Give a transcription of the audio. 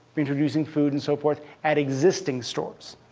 introducing food and so forth, at existing stores.